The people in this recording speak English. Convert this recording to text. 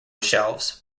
shelves